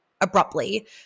abruptly